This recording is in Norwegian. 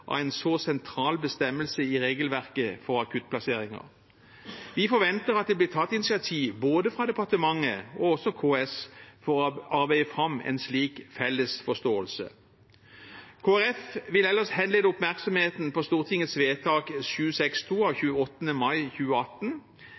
av en så sentral bestemmelse i regelverket for akuttplasseringer. Vi forventer at det blir tatt initiativ både fra departementet og fra KS for å arbeide fram en slik felles forståelse. Kristelig Folkeparti vil ellers henlede oppmerksomheten på Stortingets vedtak 762 av